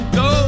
go